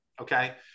okay